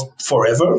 forever